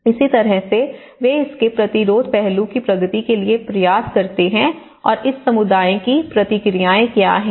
इस तरह से वे इसके प्रतिरोध पहलू की प्रगति के लिए प्रयास करते हैं और इस समुदाय की प्रतिक्रिया क्या हैं